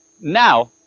Now